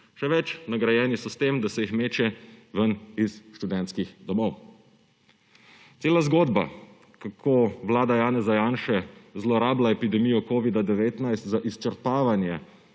Še več, nagrajeni so s tem, da se jih meče ven iz študentskih domov. Cela zgodba, kako vlada Janeza Janše zlorablja epidemijo covida-19 za izčrpavanje